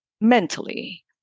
Mentally